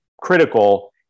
critical